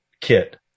kit